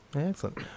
Excellent